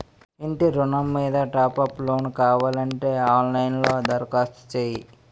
ఇంటి ఋణం మీద టాప్ అప్ లోను కావాలంటే ఆన్ లైన్ లో దరఖాస్తు చెయ్యు